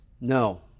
No